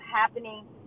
happening